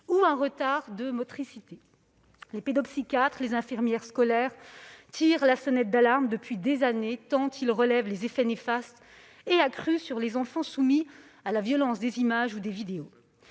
ou de motricité. Les pédopsychiatres et les infirmières scolaires tirent la sonnette d'alarme depuis des années, tant ils relèvent d'effets néfastes accrus sur les enfants soumis à la violence des images ou des vidéos.